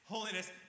Holiness